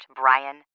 Brian